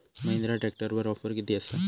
महिंद्रा ट्रॅकटरवर ऑफर किती आसा?